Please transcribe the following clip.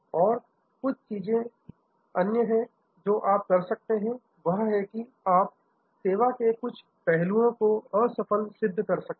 और कुछ अन्य चीजें जो आप कर सकते हैं वह है कि आप सेवा के कुछ पहलुओं को असफल सिद्ध कर सकते हैं